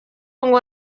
ngo